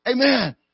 Amen